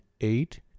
eight